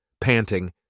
panting